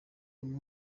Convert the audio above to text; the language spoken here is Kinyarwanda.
uyu